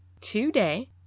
today